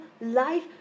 life